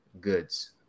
goods